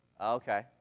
Okay